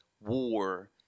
war